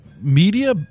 Media